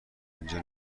اینجا